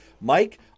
Mike